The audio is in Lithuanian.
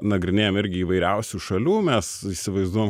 nagrinėjam irgi įvairiausių šalių mes įsivaizduojam